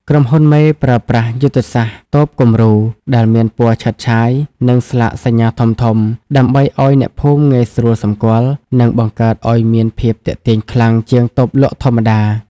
ក្រុមហ៊ុនមេប្រើប្រាស់យុទ្ធសាស្ត្រ "តូបគំរូ" ដែលមានពណ៌ឆើតឆាយ និងស្លាកសញ្ញាធំៗ ដើម្បីឱ្យអ្នកភូមិងាយស្រួលសម្គាល់ និងបង្កើតឱ្យមានភាពទាក់ទាញខ្លាំងជាងតូបលក់ដូរធម្មតា។